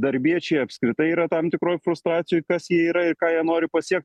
darbiečiai apskritai yra tam tikroj frustracijoj kas jie yra ir ką jie nori pasiekt